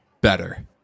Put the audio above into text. Better